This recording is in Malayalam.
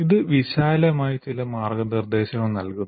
ഇത് വിശാലമായി ചില മാർഗ്ഗനിർദ്ദേശങ്ങൾ നൽകുന്നു